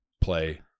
play